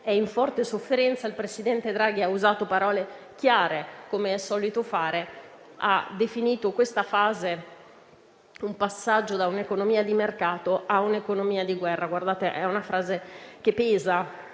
è in forte sofferenza. Il presidente Draghi ha usato parole chiare - come è solito fare - e ha definito questa fase come un passaggio da un'economia di mercato a un'economia di guerra: è una frase che pesa